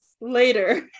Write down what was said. later